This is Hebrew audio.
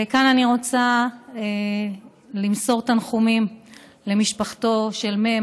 ומכאן אני רוצה למסור תנחומים למשפחתו של מ',